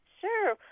Sure